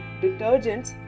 detergents